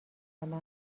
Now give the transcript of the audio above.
مثلا